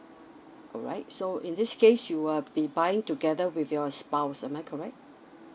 alright so in this case you are will be buying together with your spouse am I correct